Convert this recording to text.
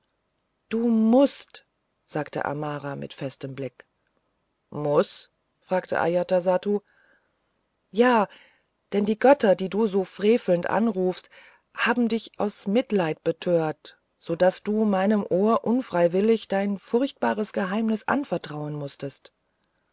du mußt sagte amara mit festem blick muß fragte ajatasattu ja denn die götter die du so frevelnd anrufst haben dich aus mitleid betört so daß du meinen ohren unfreiwillig dein furchtbares geheimnis anvertrauen mußtest